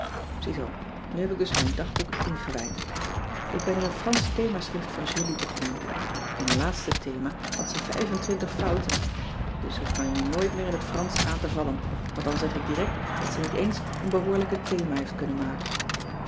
nu heb ik dus mijn dagboek ingewijd ik ben in een fransch themaschrift van julie begonnen in haar laatste thema had ze vijf en twintig fouten dus ze hoeft mij nu nooit meer in t fransch aan te vallen want dan zeg ik direct dat zij niet eens een behoorlijke thema heeft kunnen maken